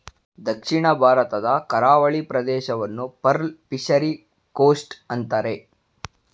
ದಕ್ಷಿಣ ಭಾರತದ ಕರಾವಳಿ ಪ್ರದೇಶವನ್ನು ಪರ್ಲ್ ಫಿಷರಿ ಕೋಸ್ಟ್ ಅಂತರೆ